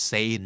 Say